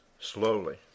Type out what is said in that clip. slowly